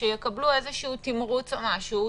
שיקבלו איזשהו תמרוץ או משהו,